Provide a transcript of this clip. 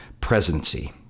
presidency